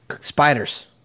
spiders